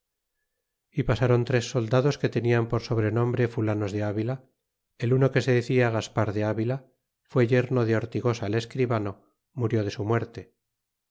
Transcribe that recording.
e pasron tres soldados que tenian por sobrenombre fulanos de avila el uno que se decia gaspar de avila foé yerno de hortigosa el escribano murió de su muerte